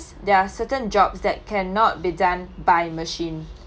there are certain jobs that cannot be done by machine